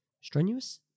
Strenuous